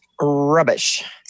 rubbish